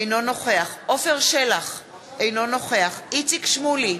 אינו נוכח עפר שלח, אינו נוכח איציק שמולי,